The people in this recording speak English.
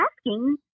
asking